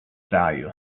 value